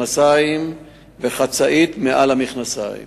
במכנסיים ובחצאית מעל המכנסיים.